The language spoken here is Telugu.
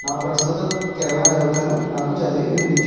నా ప్రస్తుత కిరాణా జాబితాను నాకు చదివి వినిపించు